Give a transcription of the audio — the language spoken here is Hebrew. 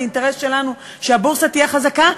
זה אינטרס שלנו שהבורסה תהיה חזקה,